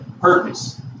purpose